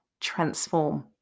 transform